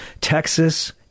Texas